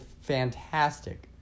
fantastic